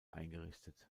eingerichtet